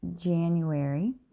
January